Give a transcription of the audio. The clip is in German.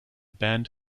band